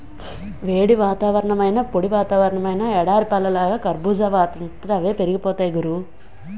వేడి వాతావరణమైనా, పొడి వాతావరణమైనా ఎడారి పళ్ళలాగా కర్బూజా వాటంతట అవే పెరిగిపోతాయ్ గురూ